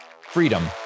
Freedom